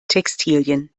textilien